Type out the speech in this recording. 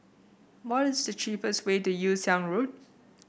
what is the cheapest way to Yew Siang Road